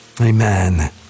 Amen